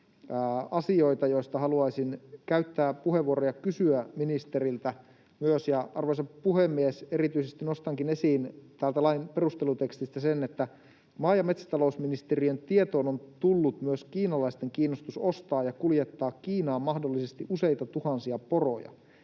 asioita, joista haluaisin käyttää puheenvuoron ja myös kysyä ministeriltä. Arvoisa puhemies! Erityisesti nostankin esiin täältä lain perustelutekstistä: ”Maa- ja metsätalousministeriön tietoon on tullut myös kiinalaisten kiinnostus ostaa ja kuljettaa Kiinaan mahdollisesti useita tuhansia poroja.